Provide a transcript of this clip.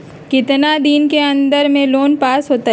कितना दिन के अन्दर में लोन पास होत?